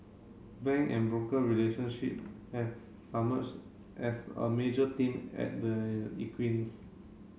bank and broker relationship have as a major theme at the